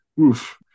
oof